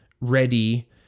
ready